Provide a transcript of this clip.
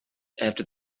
after